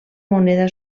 moneda